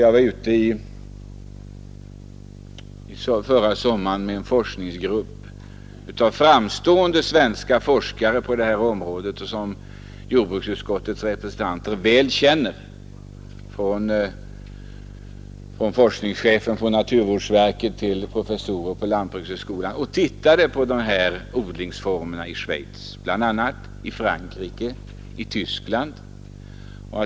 Jag var ute förra sommaren med en forskningsgrupp av framstående svenska forskare som jordbruksutskottets representanter väl känner, från forskningschefen på naturvårdsverket till professorer på lantbrukshögskolan, och vi tittade på dessa odlingsformer i Schweiz, Frankrike och Tyskland.